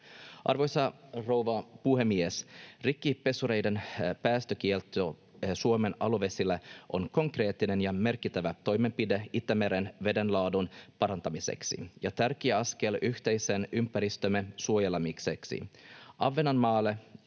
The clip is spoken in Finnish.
Arvoisa rouva puhemies! Rikkipesureiden päästökielto Suomen aluevesillä on konkreettinen ja merkittävä toimenpide Itämeren vedenlaadun parantamiseksi ja tärkeä askel yhteisen ympäristömme suojelemiseksi.